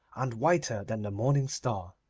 and whiter than the morning star.